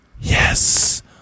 Yes